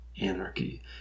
anarchy